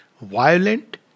violent